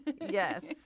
Yes